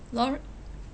lawr~